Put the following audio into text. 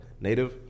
native